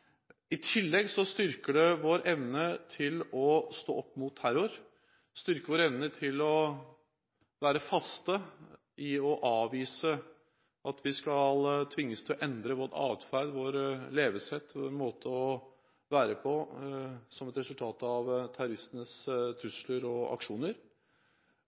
i In Amenas. I tillegg styrker det vår evne til å stå opp mot terror. Det styrker vår evne til å være faste i å avvise at vi skal tvinges til å endre vår atferd, vårt levesett og måte å være på som et resultat av terroristenes trusler og aksjoner.